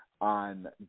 on